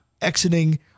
exiting